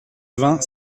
vingts